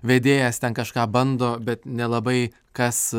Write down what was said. vedėjas ten kažką bando bet nelabai kas